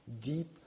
deep